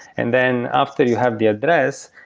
and then after you have the address,